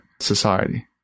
society